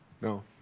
no